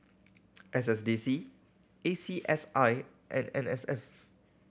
S S D C A C S I and N S F